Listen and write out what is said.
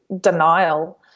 denial